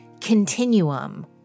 continuum